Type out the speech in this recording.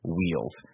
wheels